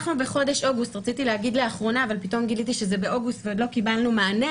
בחודש אוגוסט פנינו ועוד לא קיבלנו מענה